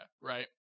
right